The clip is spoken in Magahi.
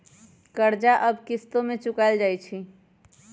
कर्जा अब किश्तो में चुकाएल जाई छई